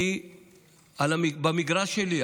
כי במגרש שלי,